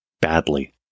Badly